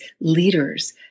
leaders